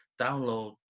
download